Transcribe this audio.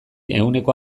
ehuneko